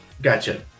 Gotcha